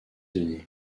denis